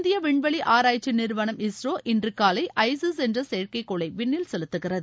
இந்திய விண்வெளி ஆராய்ச்சி நிறுவனம் இஸ்ரோ இன்று செயற்கைக்கோளை விண்ணில் செலுத்துகிறது